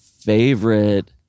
favorite